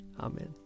Amen